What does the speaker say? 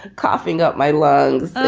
coughing up my lungs,